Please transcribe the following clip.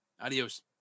Adios